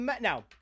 Now